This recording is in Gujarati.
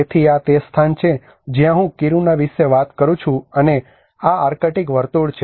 તેથી આ તે સ્થાન છે જ્યાં હું કિરુના વિશે વાત કરું છું અને આ આર્કટિક વર્તુળ છે